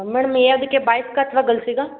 madam ಯಾವುದಕ್ಕೆ ಬಾಯ್ಸಿಗಾ ಅಥ್ವಾ ಗರ್ಲ್ಸಿಗಾ